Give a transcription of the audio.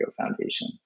Foundation